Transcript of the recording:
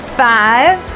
five